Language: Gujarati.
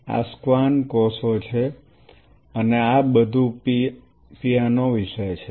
આ શ્વાન કોષો છે અને આ બધું પિયાનો વિશે છે